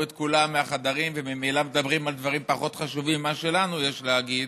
את כולם מהחדרים וממילא מדברים על דברים פחות חשובים ממה שלנו יש להגיד,